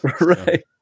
right